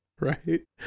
Right